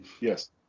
yes